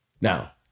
Now